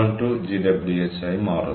2 GWH ആയി മാറുന്നു